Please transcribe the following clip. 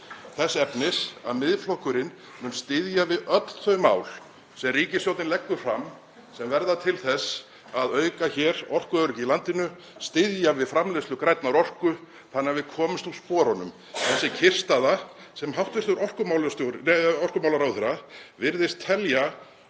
þess efnis að Miðflokkurinn mun styðja við öll þau mál sem ríkisstjórnin leggur fram sem verða til þess að auka orkuöryggi í landinu, styðja við framleiðslu grænnar orku þannig að við komumst úr sporunum. Þessi kyrrstaða sem hæstv. orkumálaráðherra virðist telja